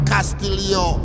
Castillo